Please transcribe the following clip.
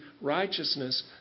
righteousness